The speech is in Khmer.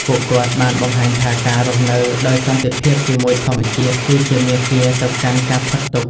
ពួកគាត់បានបង្ហាញថាការរស់នៅដោយសន្តិភាពជាមួយធម្មជាតិគឺជាមាគ៌ាទៅកាន់ការផុតទុក្ខ។